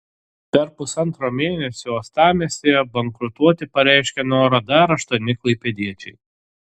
per pusantro mėnesio uostamiestyje bankrutuoti pareiškė norą dar aštuoni klaipėdiečiai